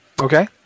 Okay